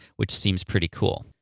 which seems pretty cool.